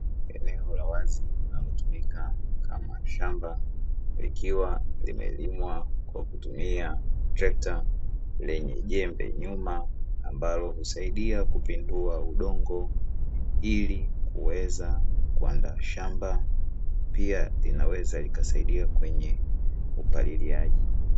Eneo la wazi linalotumika Kama shamba likiwa limelimwa kwa kutumia trekta lenye jembe nyuma ambalo husaidia kipindua udongo ili kuweza kuandaa shamba pia inaweza ikasaidia kwenye upaliliaji.